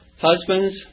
Husbands